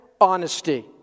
honesty